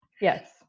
Yes